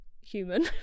human